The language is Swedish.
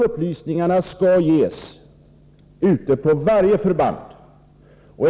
Upplysningarna om detta skall ges ute på varje förband.